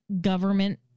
government